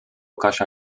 kasia